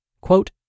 quote